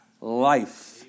life